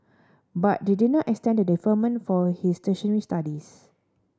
but they did not extend the deferment for his tertiary studies